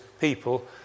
people